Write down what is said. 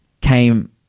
came